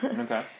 Okay